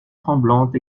tremblantes